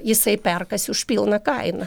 jisai perkasi už pilną kainą